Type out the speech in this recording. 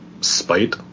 spite